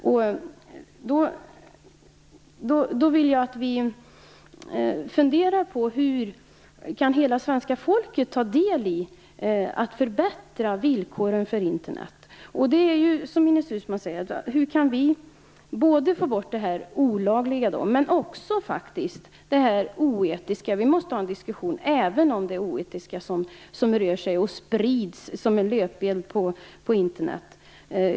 Jag vill att vi funderar på hur hela svenska folket kan ta del i att förbättra villkoren för Internet. Som Ines Uusmann säger: Hur kan vi få bort både det olagliga och det oetiska? Vi måste ha en diskussion även om det oetiska, som sprids som en löpeld på Internet.